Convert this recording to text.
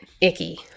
icky